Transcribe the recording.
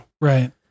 right